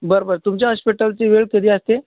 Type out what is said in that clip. बरं बरं तुमच्या हॉश्पिटलची वेळ कधी असते